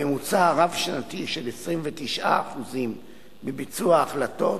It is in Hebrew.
מממוצע רב-שנתי של 29% בביצוע החלטות